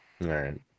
right